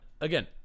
Again